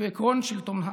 בעקרון שלטון העם.